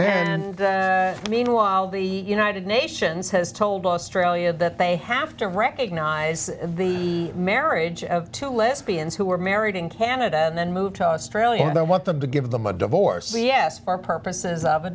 and meanwhile the united nations has told australia that they have to recognise the marriage of two lesbians who were married in canada and then moved to australia and i want them to give them a divorce yes for purposes of a